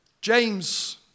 James